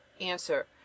Answer